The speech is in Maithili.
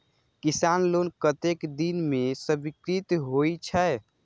किसान लोन कतेक दिन में स्वीकृत होई छै?